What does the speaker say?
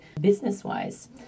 business-wise